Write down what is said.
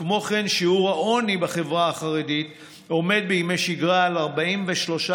וכמו כן שיעור העוני בחברה החרדית עומד בימי שגרה על 43%,